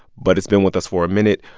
but it's been with us for a minute.